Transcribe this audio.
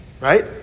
right